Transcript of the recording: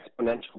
exponential